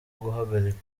guhagarika